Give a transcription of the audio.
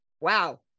wow